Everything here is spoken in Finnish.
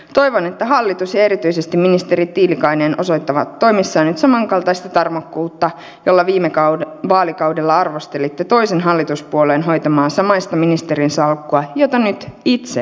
toivon että hallitus ja erityisesti ministeri tiilikainen osoittavat toimissaan nyt samankaltaista tarmokkuutta jolla viime vaalikaudella arvostelitte toisen hallituspuolueen hoitamaa samaista ministerinsalkkua jota nyt itse hoidatte